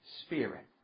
spirit